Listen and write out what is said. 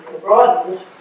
broadened